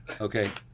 Okay